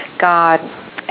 God